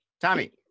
Tommy